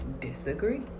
disagree